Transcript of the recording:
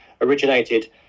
originated